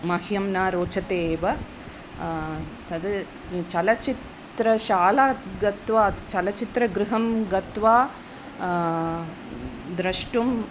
मह्यं न रोचते एव तद् चलचित्रशालां गत्वा चलचित्रगृहं गत्वा द्रष्टुम्